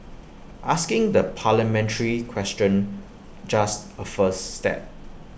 asking the parliamentary question just A first step